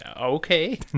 okay